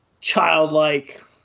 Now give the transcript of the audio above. childlike